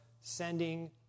sending